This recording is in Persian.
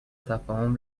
تفاهم